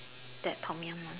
that Tom-Yum one